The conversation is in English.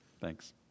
Thanks